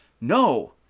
no